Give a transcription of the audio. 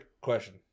question